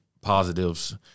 positives